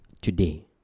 today